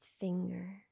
finger